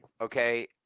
okay